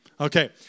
Okay